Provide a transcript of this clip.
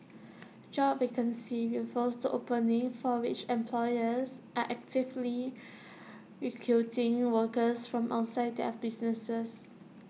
job vacancies refer to openings for which employers are actively recruiting workers from outside their businesses